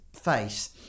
face